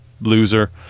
loser